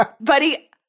Buddy